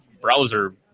browser